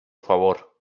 favor